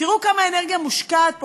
תראו כמה אנרגיה מושקעת פה,